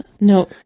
No